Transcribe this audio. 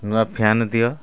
ନୂଆ ଫ୍ୟାନ୍ ଦିଅ